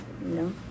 No